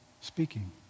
speaking